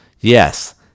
Yes